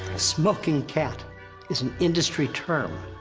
smoking cat is an industry term.